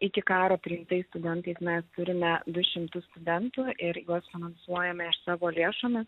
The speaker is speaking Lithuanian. iki karo priimtais studentais mes turime du šimtus studentų ir juos finansuojame iš savo lėšomis